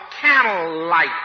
candlelight